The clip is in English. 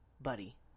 buddy